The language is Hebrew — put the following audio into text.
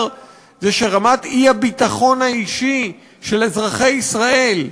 זה שרמת האי-ביטחון האישי של אזרחי ישראל,